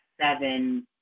seven